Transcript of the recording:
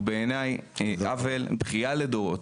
הוא בעיניי עוול, בכיה לדורות.